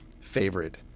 favorite